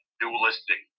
dualistic